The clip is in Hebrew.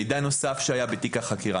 מידע נוסף שהיה בתיק החקירה,